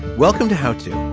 welcome to how to.